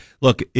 look